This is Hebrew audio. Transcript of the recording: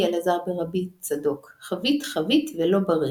אלעזר ברבי צדוק "חביט חביט ולא בריך,